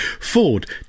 Ford